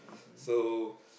so